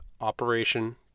Operation